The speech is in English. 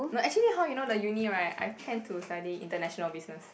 no actually how you know the uni right I intend to study International Business